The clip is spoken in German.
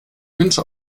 wünsche